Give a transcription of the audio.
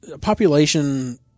population